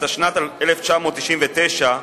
התשנ"ט 1999,